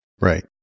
right